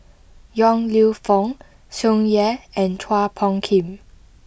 Yong Lew Foong Tsung Yeh and Chua Phung Kim